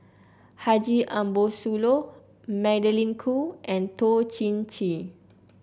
Haji Ambo Sooloh Magdalene Khoo and Toh Chin Chye